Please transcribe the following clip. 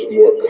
more